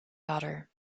daughter